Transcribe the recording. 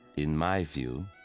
in my view,